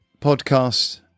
Podcast